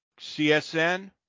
CSN